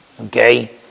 Okay